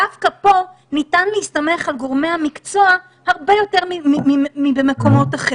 דווקא פה ניתן להסתמך על גורמי המקצוע הרבה יותר מבמקומות אחרים.